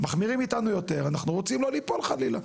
מחמירים איתנו יותר, אנחנו רוצים לא ליפול, חלילה.